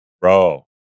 Bro